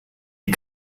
die